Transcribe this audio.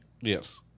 Yes